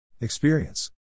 Experience